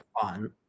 fun